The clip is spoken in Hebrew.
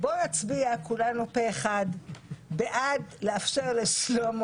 בוא נצביע כולנו פה אחד בעד לאפשר לשלמה